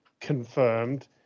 confirmed